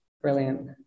Brilliant